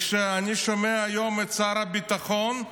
וכשאני שומע היום את שר הביטחון,